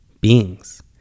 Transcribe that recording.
beings